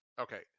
Okay